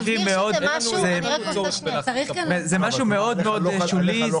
זה משהו מאוד מאוד שולי.